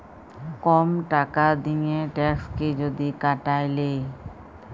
কম টাকা দিঁয়ে ট্যাক্সকে যদি কাটায় লেই